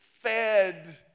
fed